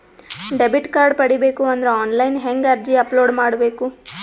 Debit card ಪಡಿಬೇಕು ಅಂದ್ರ online ಹೆಂಗ್ ಅರ್ಜಿ ಅಪಲೊಡ ಮಾಡಬೇಕು?